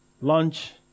lunch